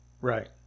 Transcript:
Right